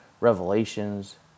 revelations